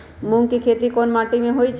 मूँग के खेती कौन मीटी मे होईछ?